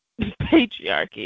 patriarchy